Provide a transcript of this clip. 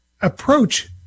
approach